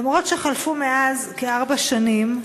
אומנם חלפו מאז כארבע שנים,